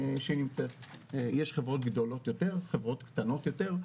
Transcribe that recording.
יש חברות גדולות יותר, קטנות יותר,